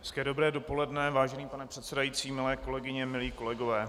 Hezké dobré dopoledne, vážený pane předsedající, milé kolegyně, milí kolegové.